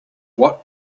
what